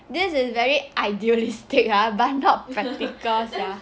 this is very idealistic ah but not practical sia